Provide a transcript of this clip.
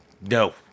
No